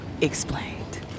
Explained